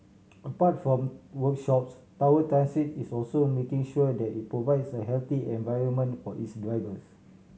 apart from workshops Tower Transit is also making sure that it provides a healthy environment for its drivers